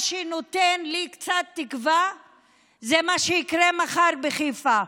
מה שנותן לי קצת תקווה זה מה שיקרה מחר בחיפה.